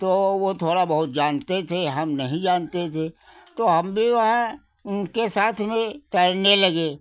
तो वो थोड़ा बहुत जानते थे हम नहीं जानते थे तो हम भी वहाँ उनके साथ में तैरने लगे